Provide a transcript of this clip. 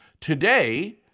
Today